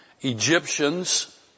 Egyptians